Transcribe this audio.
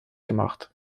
gemacht